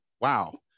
wow